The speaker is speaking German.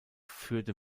führte